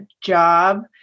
job